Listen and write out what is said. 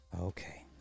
okay